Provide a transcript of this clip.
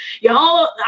y'all